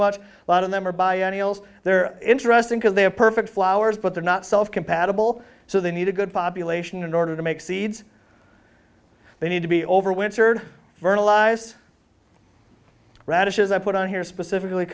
much lot of them are biennials they're interesting because they have perfect flowers but they're not self compatible so they need a good population in order to make seeds they need to be over which are fertilized radishes i put on here specifically